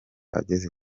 ageze